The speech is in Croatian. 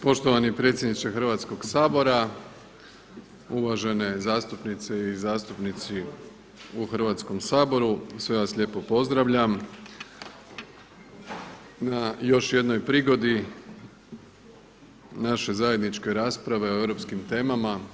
Poštovani predsjedniče Hrvatskog sabora, uvažene zastupnice i zastupnici u Hrvatskom saboru, sve vas lijepo pozdravljam na još jednoj prigodi naše zajedničke rasprave o europskim temama.